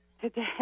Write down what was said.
today